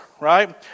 right